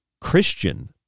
Christian